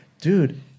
Dude